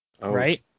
Right